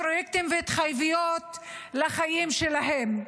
פרויקטים והתחייבויות לחיים שלהם,